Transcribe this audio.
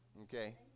Okay